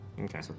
Okay